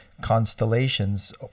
constellations